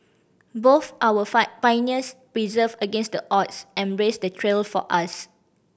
both our pioneers persevered against the odds and blazed the trail for us